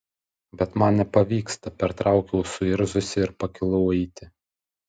bet man nepavyksta pertraukiau suirzusi ir pakilau eiti